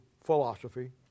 philosophy